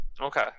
Okay